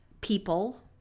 people